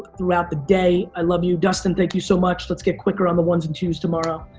throughout the day. i love you. dustin, thank you so much. let's get quicker on the ones and twos tomorrow.